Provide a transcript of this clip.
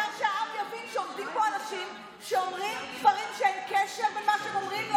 העיקר שהעם יבין שעומדים פה אנשים שאומרים דברים שאין להם קשר למציאות.